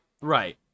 right